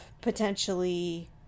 potentially